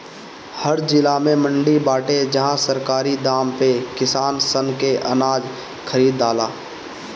हर जिला में मंडी बाटे जहां सरकारी दाम पे किसान सन के अनाज खरीदाला